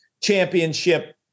championship